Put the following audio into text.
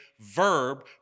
verb